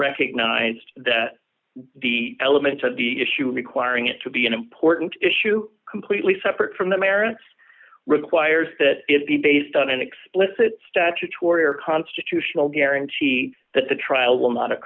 recognized that the elements of the issue requiring it to be an important issue completely separate from the merits requires that it be based on an explicit statutory or constitutional guarantee that the trial